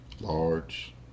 large